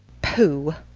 pooh!